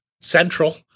central